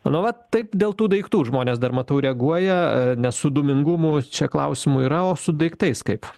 a nu vat taip dėl tų daiktų žmonės dar matau reaguoja a nes su dūmingumu čia klausimų yra o su daiktais kaip